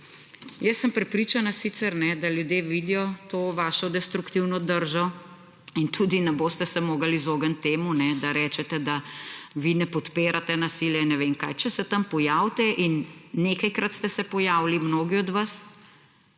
Jaz sem prepričana sicer, da ljudje vidijo to vašo destruktivno držo, in tudi ne boste se mogli izognit temu, da rečete, da vi ne podpirate nasilja in ne vem kaj. Če se tam pojavite in nekajkrat ste se pojavili mnogi od vas,